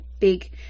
big